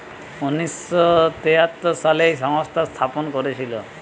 উনিশ শ তেয়াত্তর সালে এই সংস্থা স্থাপন করেছিল